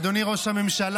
אדוני ראש הממשלה,